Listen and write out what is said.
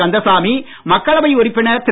கந்தசாமி மக்களவை உறுப்பினர் திரு